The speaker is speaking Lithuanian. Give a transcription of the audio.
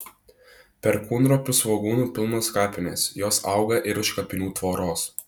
perkūnropių svogūnų pilnos kapinės jos auga ir už kapinių tvoros